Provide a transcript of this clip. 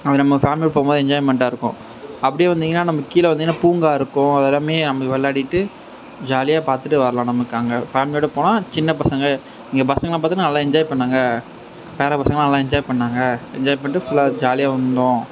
அது நம்ம ஃபேமிலியோட போகும்போது என்ஜாய்மென்ட்டாக இருக்கும் அப்படியே வந்தீங்கனா நமக்கு கீழே வந்தீங்கனா பூங்கா இருக்கும் எல்லாமே நம்ம போய் விளையாடிட்டு ஜாலியாக பார்த்துட்டு வரலான் நமக்கு அங்கே ஃபேமிலியோட போனால் சின்ன பசங்க எங்க பசங்களாம் பார்த்தீங்னா நல்லா என்ஜாய் பண்ணாங்க பேர பசங்களாம் நல்லா என்ஜாய் பண்ணாங்க என்ஜாய் பண்ணிட்டு ஃபுல்லா ஜாலியாக வந்தோம்